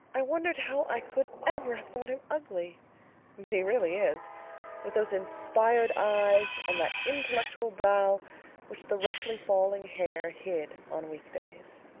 i wondered how i could ever have thought him ugly but he really is with those inspired eyes and that intellectual brow which the roughly-falling hair hid on week days.